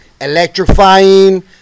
electrifying